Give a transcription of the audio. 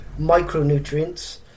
micronutrients